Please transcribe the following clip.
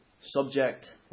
subject